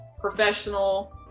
professional